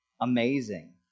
amazing